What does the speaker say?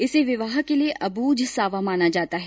इसे विवाह के लिए अब्रूझ सावा माना जाता है